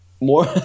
More